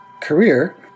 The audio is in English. career